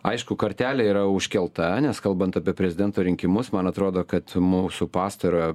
aišku kartelė yra užkelta nes kalbant apie prezidento rinkimus man atrodo kad mūsų pastarojo